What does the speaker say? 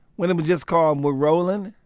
when it was just called we're rolling,